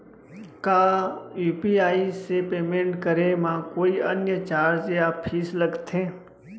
का यू.पी.आई से पेमेंट करे म कोई अन्य चार्ज या फीस लागथे?